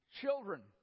Children